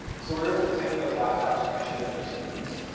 so we were able to take those laptops and issue them to students.